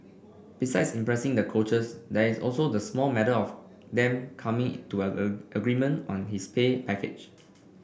besides impressing the coaches there is also the small matter of them coming to a a agreement on his pay package